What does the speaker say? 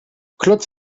klotz